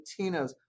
Latinos